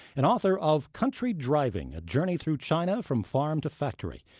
and author of country driving a journey through china from farm to factory.